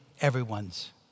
everyone's